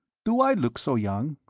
do i look so young?